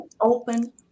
open